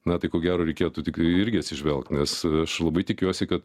na tai ko gero reikėtų tik irgi atsižvelgt nes aš labai tikiuosi kad